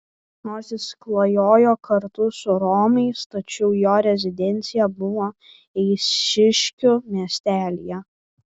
nors jis klajojo kartu su romais tačiau jo rezidencija buvo eišiškių miestelyje